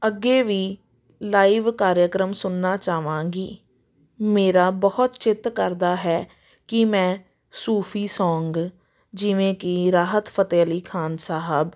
ਅੱਗੇ ਵੀ ਲਾਈਵ ਕਾਰਿਆਕਰਮ ਸੁਣਨਾ ਚਾਹਵਾਂਗੀ ਮੇਰਾ ਬਹੁਤ ਚਿੱਤ ਕਰਦਾ ਹੈ ਕਿ ਮੈਂ ਸੂਫੀ ਸੌਂਗ ਜਿਵੇਂ ਕਿ ਰਾਹਤ ਫਤਿਹ ਅਲੀ ਖਾਨ ਸਾਹਿਬ